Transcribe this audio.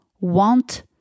want